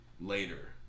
Later